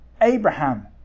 Abraham